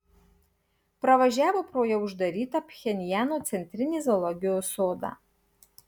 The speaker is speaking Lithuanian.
pravažiavo pro jau uždarytą pchenjano centrinį zoologijos sodą